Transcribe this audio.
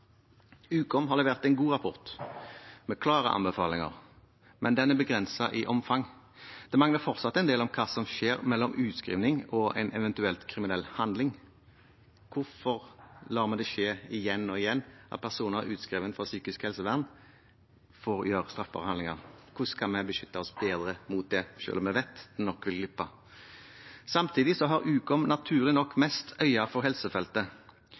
har levert en god rapport med klare anbefalinger, men den er begrenset i omfang. Det mangler fortsatt en del om hva som skjer mellom utskriving og en eventuelt kriminell handling. Hvorfor lar vi det skje igjen og igjen at personer utskrevet fra psykisk helsevern får gjøre straffbare handlinger? Hvordan kan vi beskytte oss bedre mot det, selv om vi vet at det nok vil glippe? Samtidig har Ukom naturlig nok mest øye for helsefeltet.